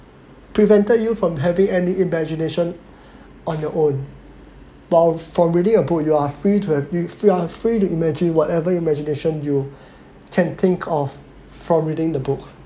prevented you from having any imagination on your own while from reading a book you are free to you are free to imagine whatever imagination you can think of from reading the book